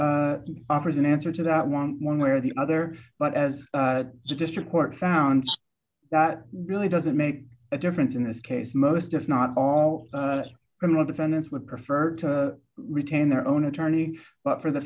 y offers an answer to that eleven way or the other but as the district court found that really doesn't make a difference in this case most if not all criminal defendants would prefer to retain their own attorney but for the